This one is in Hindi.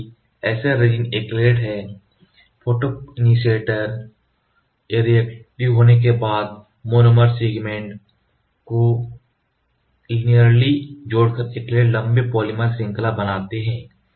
चूंकि SL रेजिन एक्रेलेट्स है फोटोइनिशीऐटर रिएक्टिव होने के बाद मोनोमर सेगमेंट्स को लीनियरली जोड़कर एक्रेलेट्स लंबे पॉलीमर श्रृंखला बनाते हैं